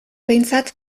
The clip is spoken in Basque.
behintzat